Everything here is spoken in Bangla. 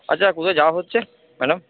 আচ্ছা কোথায় যাওয়া হচ্ছে ম্যাডাম